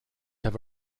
have